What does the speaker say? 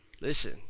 listen